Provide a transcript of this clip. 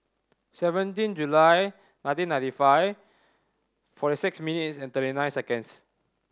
seventeen July nineteen ninety five forty six minutes and thirty nine seconds